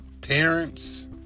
parents